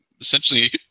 essentially